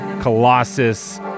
Colossus